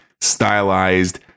stylized